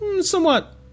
somewhat